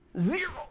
Zero